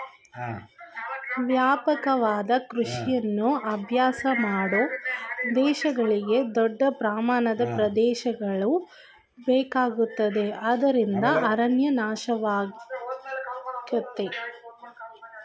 ವ್ಯಾಪಕವಾದ ಕೃಷಿಯನ್ನು ಅಭ್ಯಾಸ ಮಾಡೋ ದೇಶಗಳಿಗೆ ದೊಡ್ಡ ಪ್ರಮಾಣದ ಪ್ರದೇಶಗಳು ಬೇಕಾಗುತ್ತವೆ ಅದ್ರಿಂದ ಅರಣ್ಯ ನಾಶವಾಗಯ್ತೆ